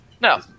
No